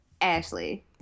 Ashley